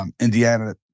Indiana